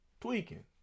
Tweaking